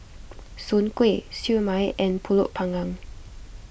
Soon Kway Siew Mai and Pulut Panggang